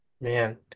Man